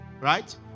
right